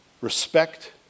respect